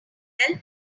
help